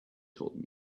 told